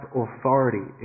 authority